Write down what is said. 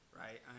right